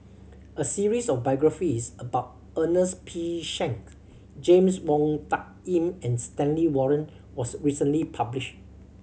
a series of biographies about Ernest P Shanks James Wong Tuck Yim and Stanley Warren was recently published